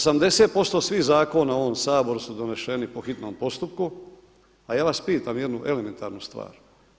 80% svih zakona u ovom Saboru su doneseni po hitnom postupku, a ja vas pitam jednu elementarnu stvar.